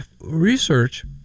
Research